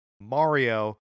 Mario